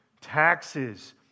Taxes